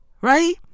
Right